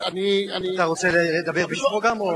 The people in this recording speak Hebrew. אבל אני, אתה רוצה לדבר בשמו גם?